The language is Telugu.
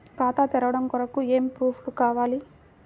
ఖాతా తెరవడం కొరకు ఏమి ప్రూఫ్లు కావాలి?